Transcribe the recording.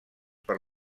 per